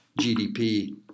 GDP